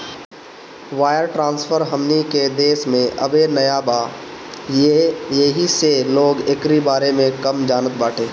wire transfer हमनी के देश में अबे नया बा येही से लोग एकरी बारे में कम जानत बाटे